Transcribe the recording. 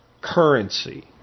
currency